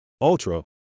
Ultra